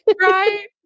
Right